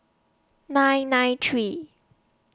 nine nine three